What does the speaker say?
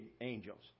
angels